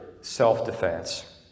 self-defense